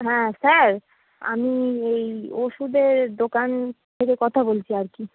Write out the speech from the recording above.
হ্যাঁ স্যার আমি এই ওষুধের দোকান থেকে কথা বলছি আর কি